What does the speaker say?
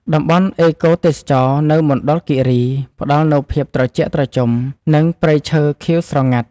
តំបន់អេកូទេសចរណ៍នៅមណ្ឌលគិរីផ្ដល់នូវភាពត្រជាក់ត្រជុំ និងព្រៃឈើខៀវស្រងាត់។